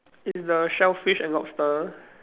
is the shellfish and lobster